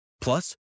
Plus